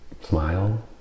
smile